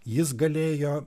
jis galėjo